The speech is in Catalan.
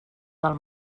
del